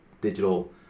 digital